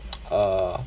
err